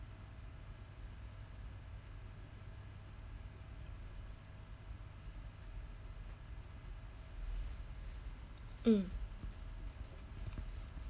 mm